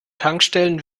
tankstellen